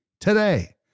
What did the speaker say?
today